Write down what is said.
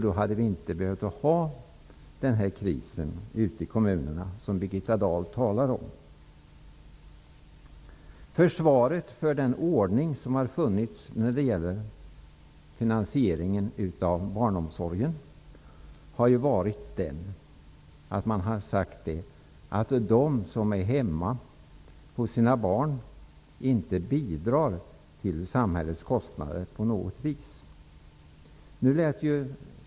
Då hade vi inte behövt ha den kris ute i kommunerna som Birgitta Dahl talar om. Försvaret för den ordning som har varit när det gäller finansieringen av barnomsorgen har gått ut på att de som är hemma hos sina barn inte bidrar till samhällets kostnader på något vis.